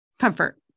comfort